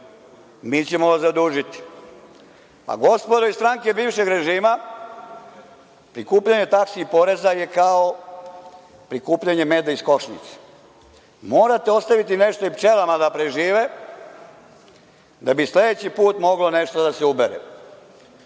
su komunalni poslovi. Gospodo iz stranke bivšeg režima, prikupljanje taksi i poreza je kao prikupljanje meda iz košnice. Morate ostaviti nešto i pčelama da prežive da bi sledeći put moglo nešto da se ubere.